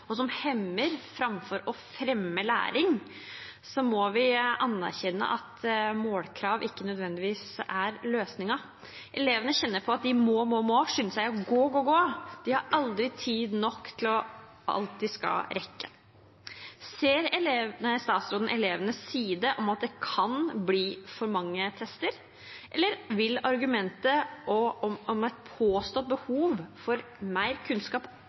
og som hemmer framfor å fremme læring, må vi anerkjenne at målkrav ikke nødvendigvis er løsningen. Elevene kjenner på «må, må, må, skynde meg å gå, gå, gå» – de har aldri tid nok til alt de skal rekke. Ser statsråden det fra elevenes side om at det kan bli for mange tester, eller vil argumentet om et påstått behov for mer kunnskap